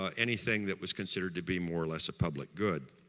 ah anything that was considered to be more or less a public good